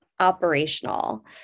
operational